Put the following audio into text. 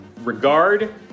regard